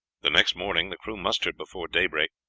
the next morning the crews mustered before daybreak.